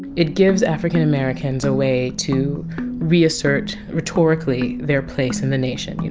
it gives african americans a way to reassert rhetorically their place in the nation.